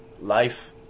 life